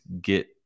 get